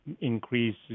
increase